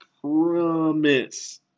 promise